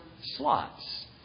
slots